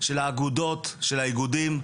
של האגודות, של האיגודים,